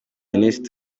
ernest